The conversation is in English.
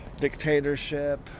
dictatorship